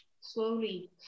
slowly